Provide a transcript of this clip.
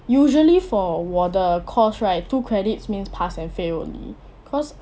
usually for 我的 course right two credits means pass and fail only cause